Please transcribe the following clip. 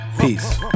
Peace